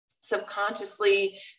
subconsciously